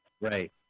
Right